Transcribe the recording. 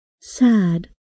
Sad